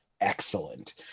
excellent